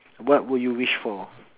what would you wish for